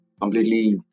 completely